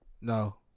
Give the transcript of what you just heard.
no